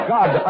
God